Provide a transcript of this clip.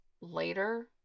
later